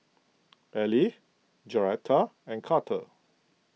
Ally Joretta and Carter